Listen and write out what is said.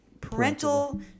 parental